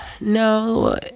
no